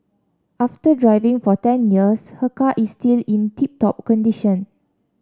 after driving for ten years her car is still in tip top condition